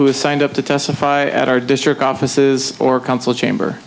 signed up to testify at our district offices or council chamber